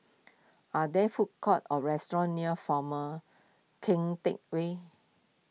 are there food courts or restaurants near former Keng Teck Whay